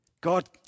God